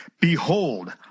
behold